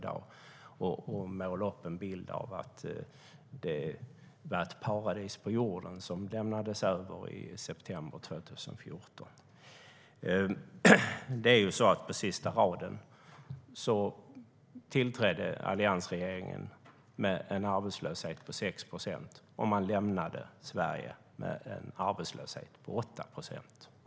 Man målar upp en bild av att det var ett paradis på jorden som lämnades över i september 2014. På sista raden tillträdde alliansregeringen med en arbetslöshet med 6 procent och lämnade Sverige med en arbetslöshet på 8 procent.